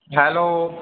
hello